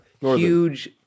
huge